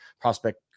prospect